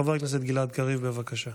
חבר הכנסת גלעד קריב, בבקשה.